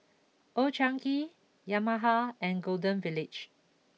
Old Chang Kee Yamaha and Golden Village